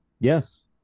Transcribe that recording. Yes